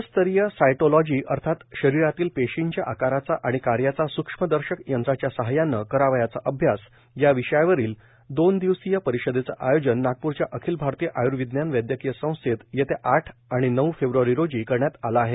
राज्यस्तरीय सायटोलाजी अर्थात शरीरातील पेशिंच्या आकाराचा आणि कार्याचा सूक्ष्मदर्शक यंत्राच्या साहाय्याने करावयाचा अभ्यास या विषयावरील दोन दिवसीय परिषदेचं आयोजन नागप्रच्या अखिल भारतीय आयर्विज्ञान वैदयकीय संस्थेत येत्या आठ आणि नऊ फेब्रवारी रोजी करण्यात आले आहे